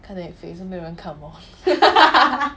看 netflix 也是没有人看我